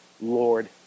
Lord